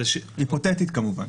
היפותטית כמובן.